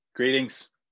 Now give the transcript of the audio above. Greetings